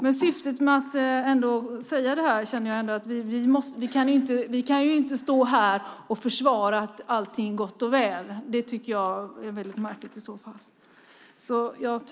Men jag måste ändå säga att vi inte kan stå här och försvara att allt är gott och väl. Det vore mycket märkligt.